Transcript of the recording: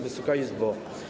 Wysoka Izbo!